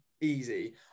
Easy